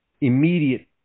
immediate